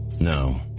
No